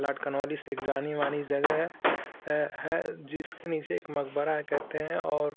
Lord Cornwallis एक जानी मानी जगह है है है जिसके नीचे एक मक़बरा है कहते हैं और